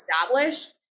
established